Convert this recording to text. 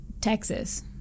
Texas